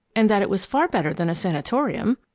and that it was far better than a sanatorium.